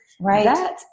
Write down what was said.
right